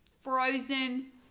Frozen